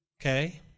okay